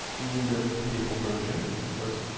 in the papal version, because,